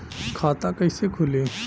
खाता कइसे खुली?